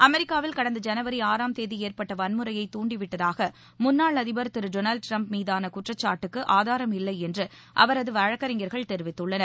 அமெரிக்காவில் கடந்த ஜனவரி ஆறாம் தேதி ஏற்பட்ட வன்முறையை துண்டிவிட்டதாக முன்னாள் அதிபர் திரு டொனாவ்டு டிரம்ப் மீதான குற்றச்சாட்டுக்கு ஆதூரம் இல்லை என்று அவரது வழக்கறிஞர்கள் தெரிவித்துள்ளனர்